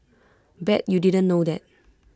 bet you didn't know that